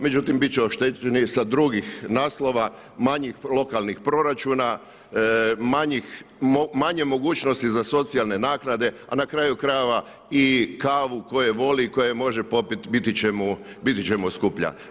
Međutim, bit će oštećeni sa drugih naslova, manjih lokalnih proračuna, manje mogućnosti za socijalne naknade, a na kraju krajeva i kavu koju voli i tko ju može popit biti će mu skuplja.